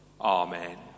Amen